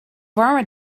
warme